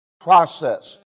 process